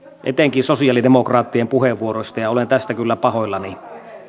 etenkin sosialidemokraattien puheenvuoroista ja ja olen tästä kyllä pahoillani